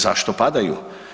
Zašto padaju?